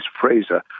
Fraser